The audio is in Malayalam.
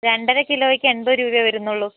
രണ്ടര കിലോയ്ക്ക് എൺപത് രൂപയെ വരുന്നുള്ളു